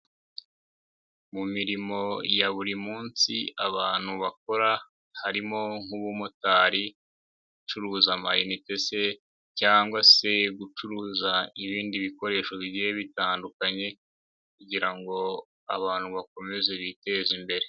Mu mirimo ya buri munsi abantu bakora harimo: nk'ubumotari, gucuruza amayinite se cyangwa se gucuruza ibindi bikoresho bitandukanye kugira ngo abantu bakomeze biteze imbere.